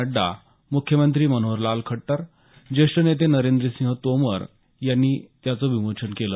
नड्डा मुख्यमंत्री मनोहरलाल खट्टर ज्येष्ठ नेते नरेंद्रसिंग तोमर यांनी त्याचं विमोचन केलं